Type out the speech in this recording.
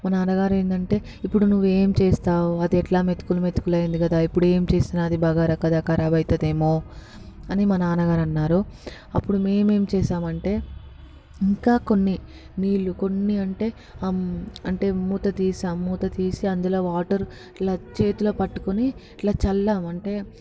మా నాన్నగారు ఏంటంటే ఇప్పుడు నువ్వు ఏమి చేస్తావు అది ఎలా మెతుకులు మెతుకులు అయింది కదా ఇప్పుడు ఏం చేసినా అది బగారా కదా కరాబు అవుతుందేమో అని మా నాన్నగారు అన్నారు అప్పుడు మేము ఏమి చేసామంటే ఇంకా కొన్ని నీళ్ళు కొన్ని అంటే అంటే మూత తీసాము మూత తీసి అందులో వాటర్ ఇలా చేతిలో పట్టుకొని ఇట్లా చల్లాము అంటే